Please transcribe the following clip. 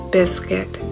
biscuit